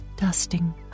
dusting